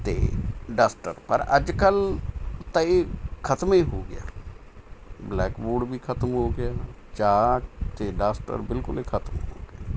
ਅਤੇ ਡਸਟਰ ਪਰ ਅੱਜ ਕੱਲ੍ਹ ਤਾਂ ਇਹ ਖਤਮ ਹੀ ਹੋ ਗਿਆ ਬਲੈਕਬੋਰਡ ਵੀ ਖ਼ਤਮ ਹੋ ਗਿਆ ਚਾਕ ਅਤੇ ਡਸਟਰ ਬਿਲਕੁਲ ਹੀ ਖ਼ਤਮ ਹੋ ਗਿਆ